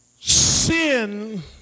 Sin